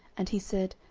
and he said,